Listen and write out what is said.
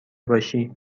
باشی